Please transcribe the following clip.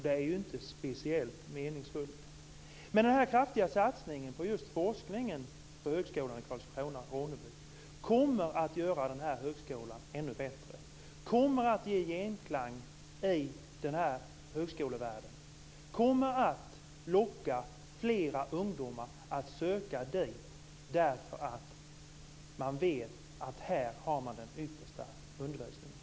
Det är inte speciellt meningsfullt. Men satsningen på forskningen på högskolan i Karlskrona/Ronneby kommer att göra högskolan ännu bättre, kommer att ge genklang i högskolevärlden, kommer att locka fler ungdomar att söka dit därför att de vet att där finns den yppersta undervisningen.